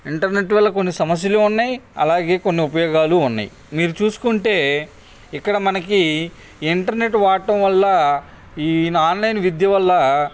internet వల్ల కొన్ని సమస్యలూ ఉన్నాయి అలాగే కొన్ని ఉపయోగాలు ఉన్నాయి మీరు చూసుకుంటే ఇక్కడ మనకి ఇంటర్నెట్ వాడడం వల్ల ఈ ఆన్లైన్ విద్య వల్ల